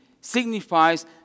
signifies